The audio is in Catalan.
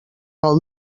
del